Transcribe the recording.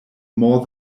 more